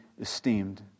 esteemed